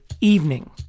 evening